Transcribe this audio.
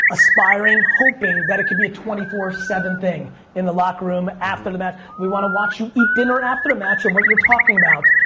aspiring, hoping that it could be a twenty four seven thing in the locker room after the match. we wanna watch you eat dinner after a match and what you're talking about.